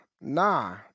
nah